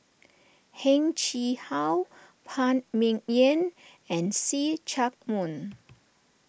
Heng Chee How Phan Ming Yen and See Chak Mun